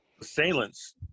assailants